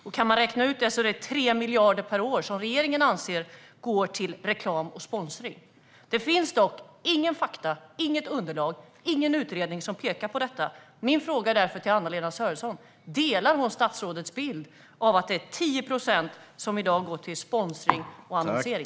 Det är alltså 3 miljarder per år som regeringen anser går till reklam och sponsring. Det finns dock inte några fakta, något underlag eller någon utredning som pekar på detta. Min fråga till Anna-Lena Sörenson är därför om hon delar statsrådets bild av att det är 10 procent som i dag går till sponsring och annonsering.